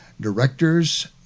Directors